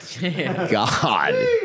god